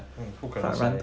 mm 不可能